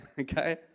Okay